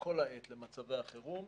כל העת למצבי החירום.